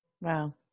Wow